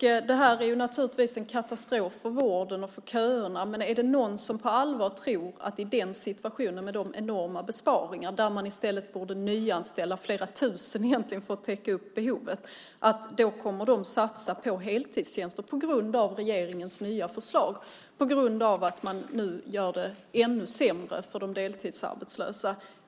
Det är naturligtvis en katastrof för vården och när det gäller köerna. Är det någon som på allvar tror att regionen i den situationen, med de enorma besparingarna och när man i stället borde nyanställa flera tusen för att täcka behovet, kommer att satsa på heltidstjänster på grund av regeringens nya förslag, på grund av att regeringen nu gör det än sämre för deltidsarbetslösa?